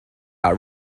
are